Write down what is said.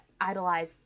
idolize